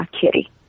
Kitty